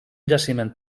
jaciment